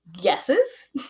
guesses